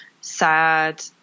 sad